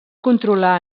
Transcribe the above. controlar